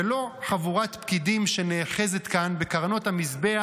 ולא חבורת פקידים שנאחזת כאן בקרנות המזבח